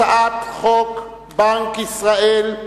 הצעת חוק בנק ישראל,